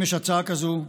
אם יש הצעה כזאת,